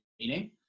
meaning